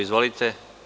Izvolite.